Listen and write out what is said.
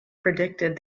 predicted